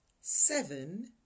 Seven